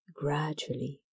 gradually